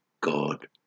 God